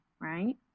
right